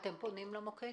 פניתם מוקד?